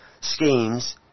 schemes